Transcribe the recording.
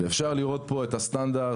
ואפשר לראות פה את הסטנדרט,